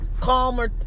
calmer